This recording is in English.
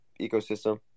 ecosystem